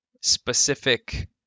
specific